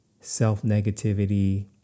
Self-negativity